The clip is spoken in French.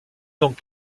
donc